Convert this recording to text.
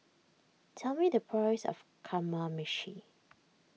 tell me the price of Kamameshi